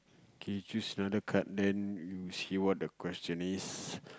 okay choose another card then you see what the question is